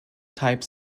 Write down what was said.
type